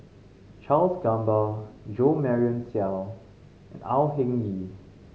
Charles Gamba Jo Marion Seow and Au Hing Yee